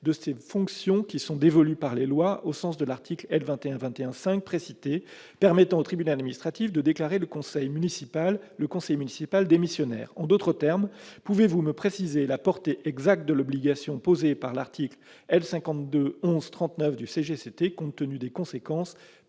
de ces « fonctions qui sont dévolues par les lois » au sens de l'article L. 2121-5 précité, permettant au tribunal administratif de déclarer le conseiller municipal démissionnaire ? En d'autres termes, pouvez-vous me préciser la portée exacte de l'obligation posée par l'article L. 5211-39 du CGCT, compte tenu des conséquences